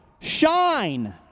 shine